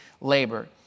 labor